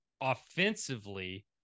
Offensively